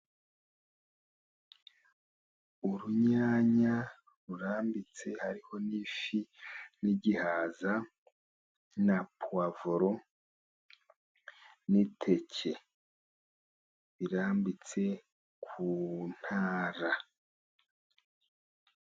Urunyanya rurambitse, hariho n'ifi, n'igihaza, na puwavoro, n'iteke. Birambitse ku ntara.